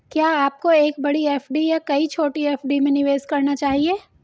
क्या आपको एक बड़ी एफ.डी या कई छोटी एफ.डी में निवेश करना चाहिए?